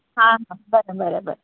आं हां बरें बरें बरें